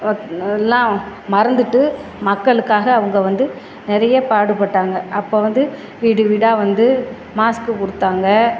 எல்லாம் மறந்துட்டு மக்களுக்காக அவங்க வந்து நிறைய பாடுபட்டாங்க அப்போ வந்து வீடு வீடாக வந்து மாஸ்க்கு கொடுத்தாங்க